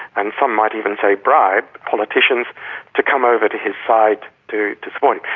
and some might even say bribe, politicians to come over to his side to to support him.